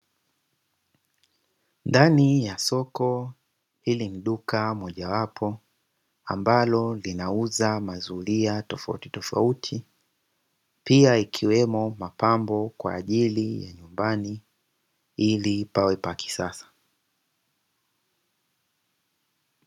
Ndani ya soko, hili ni duka moja wapo ambalo linauza mazulia tofautitofauti, pia ikiwemo mapambo kwa ajili ya nyumbani ili pawe pa kisasa.